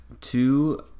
two